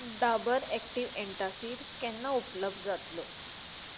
Dabur active antacid केन्ना उपलब्द जातलो